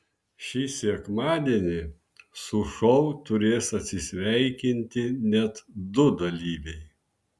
šį sekmadienį su šou turės atsisveikinti net du dalyviai